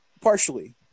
Partially